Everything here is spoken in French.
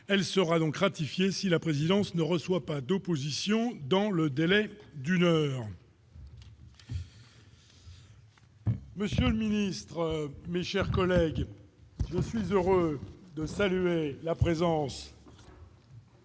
elle sera donc ratifier si la présidence ne reçoit pas d'opposition dans le délai d'une heure. Monsieur le ministre, mais chers collègues aussi heureux de saluer la présence.